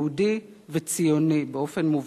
יהודי וציוני באופן מובהק.